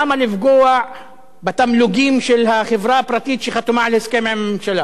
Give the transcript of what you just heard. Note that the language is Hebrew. למה לפגוע בתמלוגים של החברה הפרטית שחתומה על הסכם עם הממשלה,